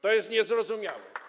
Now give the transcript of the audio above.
To jest niezrozumiałe.